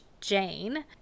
Jane